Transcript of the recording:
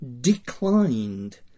declined